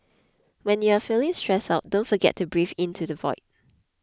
when you are feeling stressed out don't forget to breathe into the void